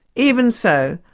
even so,